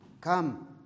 Come